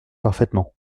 parfaitement